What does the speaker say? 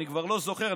אני כבר לא זוכר,